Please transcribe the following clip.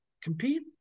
compete